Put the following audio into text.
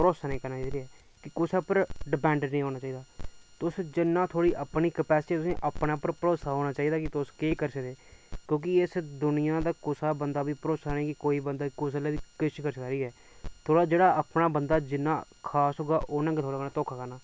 भरोसा नीं करना चाहिदा कि कुसै उप्पर डिपैंड नीं होना चाहिदा तुस जिन्ना अपने उप्पर भरोसा होना चाहिदा कि तुस केह् करी सकदे कि दुनिया दा कुसै बंदे दा भरोसा नेईं कोई बंदा कुसलै बी किश बी करी सकदा थोआड़ा जिन्ना बंदा अपना खास होगा ओह्नै उन्ना ज्यादा धोखा देना